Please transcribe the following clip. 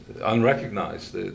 unrecognized